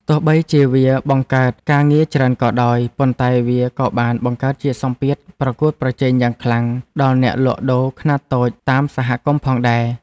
ទោះបីជាវាបង្កើតការងារច្រើនក៏ដោយ ប៉ុន្តែវាក៏បានបង្កើតជាសម្ពាធប្រកួតប្រជែងយ៉ាងខ្លាំងដល់អ្នកលក់ដូរខ្នាតតូចតាមសហគមន៍ផងដែរ។